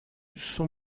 son